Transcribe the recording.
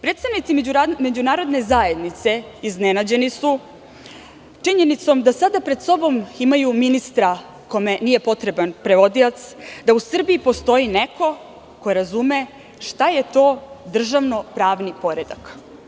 Predstavnici međunarodne zajednice iznenađeni su činjenicom da sada pred sobom imaju ministra kome nije potreban prevodilac, da u Srbiji postoji neko ko razume šta je to državno-pravni poredak.